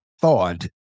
thawed